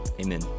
Amen